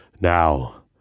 Now